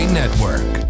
network